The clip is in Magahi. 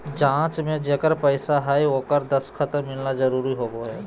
जाँच में जेकर पैसा हइ ओकर दस्खत मिलना बहुत जरूरी होबो हइ